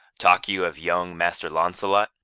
talk you of young master launcelot?